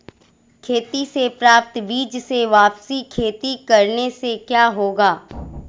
खेती से प्राप्त बीज से वापिस खेती करने से क्या होगा?